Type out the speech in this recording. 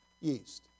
Yeast